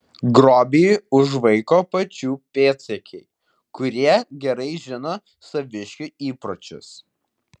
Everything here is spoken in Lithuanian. grobį užvaiko pačių pėdsekiai kurie gerai žino saviškių įpročius